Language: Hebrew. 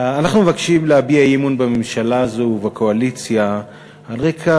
אנחנו מבקשים להביע אי-אמון בממשלה הזו ובקואליציה על רקע